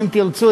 אם תרצו,